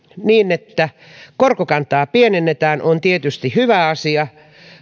niin että korkokantaa pienennetään on tietysti hyvä asia